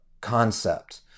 concept